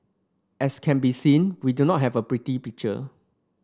as can be seen we do not have a pretty picture